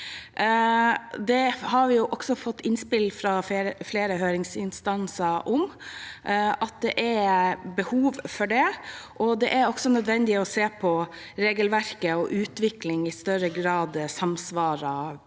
Det har vi fått innspill fra flere høringsinstanser om at det er behov for, og det er også nødvendig å se på om regelverket og utvikling i større grad samsvarer